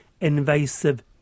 invasive